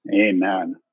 Amen